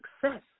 success